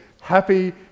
Happy